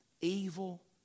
Evil